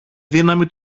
δύναμη